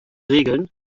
regeln